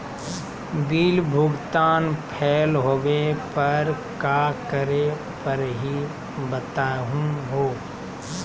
Bill भुगतान fail होवे पर का करै परही, बताहु हो?